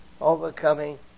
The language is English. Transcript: overcoming